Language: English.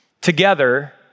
together